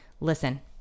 Listen